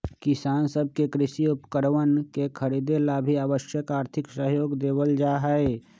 किसान सब के कृषि उपकरणवन के खरीदे ला भी आवश्यक आर्थिक सहयोग देवल जाहई